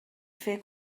fer